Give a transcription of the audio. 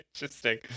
interesting